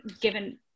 given